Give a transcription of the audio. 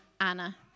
Anna